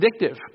addictive